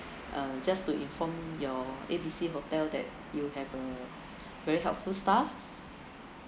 uh just to inform your A B C hotel that you have a very helpful staff